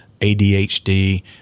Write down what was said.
ADHD